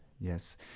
yes